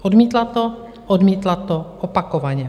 Odmítla to, odmítla to opakovaně.